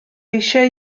eisiau